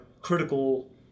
critical